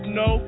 no